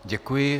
Děkuji.